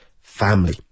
family